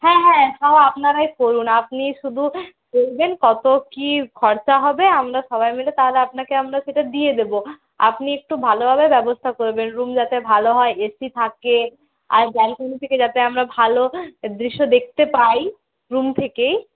হ্যাঁ হ্যাঁ সব আপনারাই করুন আপনি শুধু দেখবেন কত কী খরচা হবে আমরা সবাই মিলে তাহালে আপনাকে আমরা সেটা দিয়ে দেবো আপনি একটু ভালোভাবে ব্যবস্থা করবেন রুম যাতে ভালো হয় এসি থাকে আর ব্যালকনি থেকে যাতে আমরা ভালো দৃশ্য দেখতে পাই রুম থেকেই